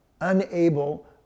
unable